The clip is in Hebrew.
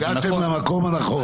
הגעתם למקום הנכון.